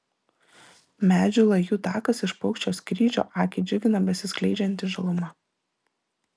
medžių lajų takas iš paukščio skrydžio akį džiugina besiskleidžianti žaluma